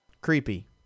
Creepy